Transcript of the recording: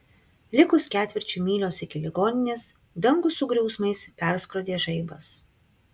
likus ketvirčiui mylios iki ligoninės dangų su griausmais perskrodė žaibas